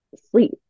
sleep